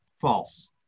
false